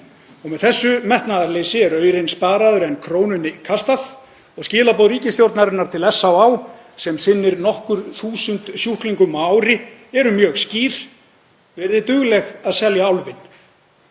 Með þessu metnaðarleysi er aurinn sparaður en krónunni kastað og skilaboð ríkisstjórnarinnar til SÁÁ, sem sinnir nokkrum þúsundum sjúklingum á ári, eru mjög skýr: Verið dugleg að selja álfinn.